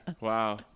Wow